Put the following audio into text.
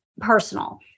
personal